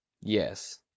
Yes